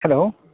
hello